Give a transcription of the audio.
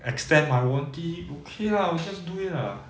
extend my warranty okay lah just do it lah